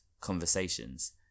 conversations